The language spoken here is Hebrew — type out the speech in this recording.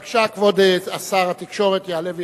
בבקשה, כבוד שר התקשורת, יעלה ויבוא.